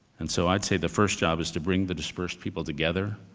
and so, i'd say the first job is to bring the dispersed people together.